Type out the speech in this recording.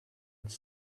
its